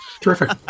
Terrific